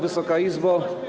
Wysoka Izbo!